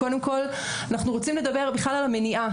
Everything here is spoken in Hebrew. קודם כל, אנחנו רוצים לדבר על מניעה.